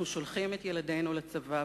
אנחנו שולחים את ילדינו לצבא,